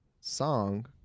song